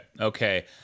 Okay